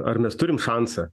ar mes turim šansą